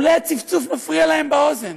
אולי הצפצוף מפריע להם באוזן.